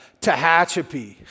Tehachapi